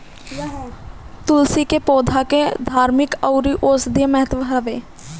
तुलसी के पौधा के धार्मिक अउरी औषधीय महत्व हवे